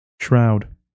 Shroud